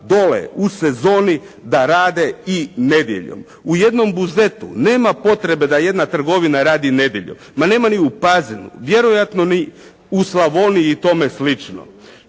dole u sezoni da rade i nedjeljom. U jednom Buzetu nema potrebe da jedna trgovina radi nedjeljom, pa nema ni u Pazinu, vjerojatno ni u Slavoniji i tome slično.